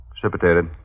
Precipitated